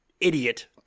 idiot